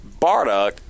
Bardock